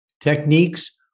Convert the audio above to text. techniques